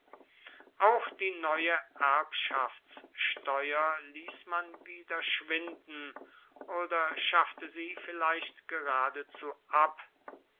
auch die neue erbschaftssteuer ließ man wieder schwinden oder schaffte sie vielleicht geradezu ab